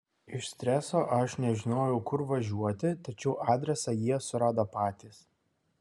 iš streso aš nežinojau kur važiuoti tačiau adresą jie surado patys